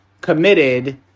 committed